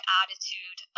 attitude